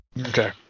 Okay